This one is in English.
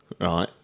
right